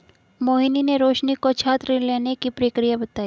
मोहिनी ने रोशनी को छात्र ऋण लेने की प्रक्रिया बताई